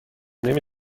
نمی